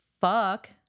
fuck